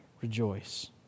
rejoice